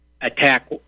attack